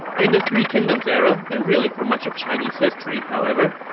in the three kingdoms era, and really for much of chinese history, however,